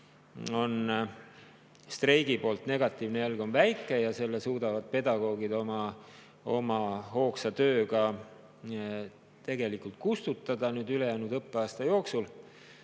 et streigi põhjustatud negatiivne jälg on väike ja selle suudavad pedagoogid oma hoogsa tööga kustutada ülejäänud õppeaasta jooksul.